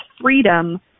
freedom